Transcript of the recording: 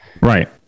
Right